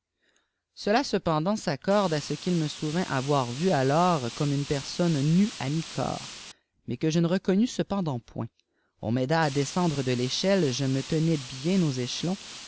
cela cependant s'accorde à ce qu'il me souvient avoir vu alors comme une personne nue à mi-corps mais que je ne reconnus cependant point on m'aida à descendre de l'échelle je me tenais bien aux échelons